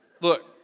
Look